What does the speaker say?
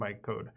bytecode